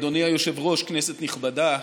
אדוני היושב-ראש, כנסת נכבדה,